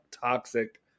toxic